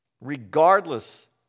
regardless